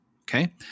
okay